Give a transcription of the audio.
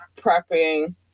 prepping